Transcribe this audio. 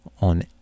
on